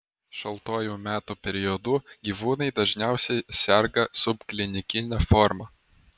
šaltuoju metų periodu gyvūnai dažniausiai serga subklinikine forma